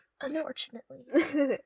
unfortunately